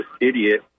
idiot